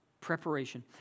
preparation